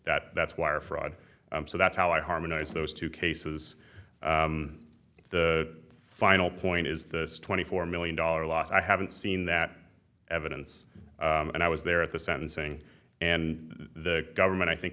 that that's wire fraud so that's how i harmonize those two cases the final point is the twenty four million dollar loss i haven't seen that evidence and i was there at the sentencing and the government i think